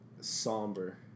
Somber